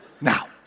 Now